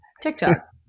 TikTok